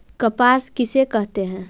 कपास किसे कहते हैं?